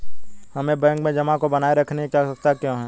हमें बैंक में जमा को बनाए रखने की आवश्यकता क्यों है?